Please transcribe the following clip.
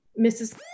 Mrs